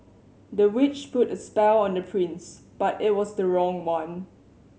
the witch put a spell on the prince but it was the wrong one